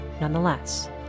Nonetheless